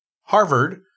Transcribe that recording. Harvard